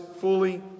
fully